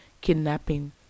kidnapping